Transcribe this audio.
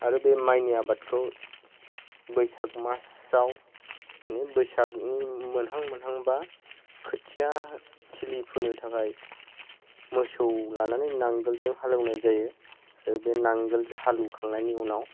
आरो बे माइनि आबादखौ बैसाग मासआव बैसागनि मोनहां मोनहांबा खोथियाथिलि फोनो थाखाय मोसौ लानानै नांगोलजों हालेवनाय जायो आरो बे नांगोलजों हालेवखांनायनि उनाव